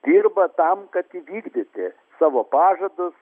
dirba tam kad įvykdyti savo pažadus